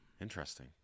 Interesting